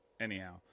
Anyhow